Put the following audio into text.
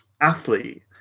athlete